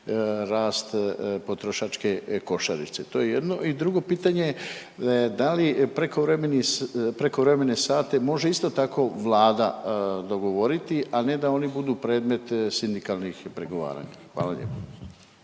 rast potrošačke košarice? To je jedno. I drugo pitanje, da li prekovremene sate može isto tako, Vlada dogovoriti, a ne da oni budu predmet sindikalnih pregovaranja? Hvala lijepo.